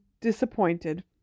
disappointed